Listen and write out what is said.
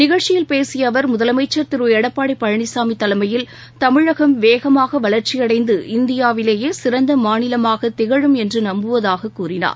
நிகழ்ச்சியில் பேசிய அவர் முதலமைச்சர் திரு எடப்பாடி பழனிசாமி தலைமையில் தமிழகம் வேகமாக வளர்ச்சியடைந்து இந்தியாவிலேயே சிறந்த மாநிலமாகத் திகழும் என்று நம்புவதாகக் கூறினார்